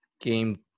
game